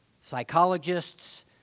psychologists